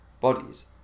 bodies